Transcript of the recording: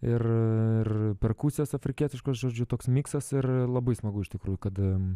ir ir perkusijos afrikietiškos žodžiu toks miksas ir labai smagu iš tikrųjų kad